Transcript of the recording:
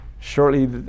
shortly